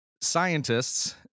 Scientists